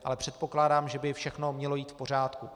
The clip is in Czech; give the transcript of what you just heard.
Ale předpokládám, že by všechno mělo jít v pořádku.